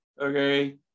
okay